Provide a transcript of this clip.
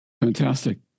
Fantastic